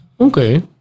okay